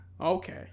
Okay